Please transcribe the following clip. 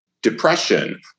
Depression